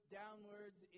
downwards